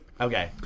okay